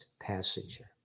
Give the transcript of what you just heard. passenger